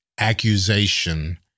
accusation